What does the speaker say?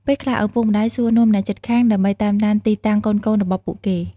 ពេលខ្លះ ឪពុកម្តាយសួរនាំអ្នកជិតខាង ដើម្បីតាមដានទីតាំងកូនៗរបស់ពួកគេ។